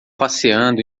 passeando